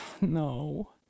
No